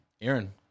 Aaron